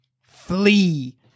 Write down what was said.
flee